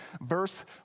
verse